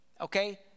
okay